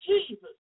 Jesus